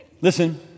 Listen